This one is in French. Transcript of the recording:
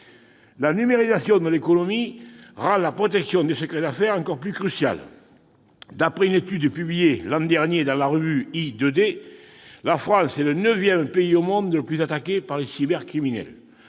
La numérisation de l'économie rend la protection des secrets d'affaires encore plus cruciale. D'après une étude publiée l'an dernier dans la revue , la France est le neuvième pays au monde le plus attaqué par les cybercriminels.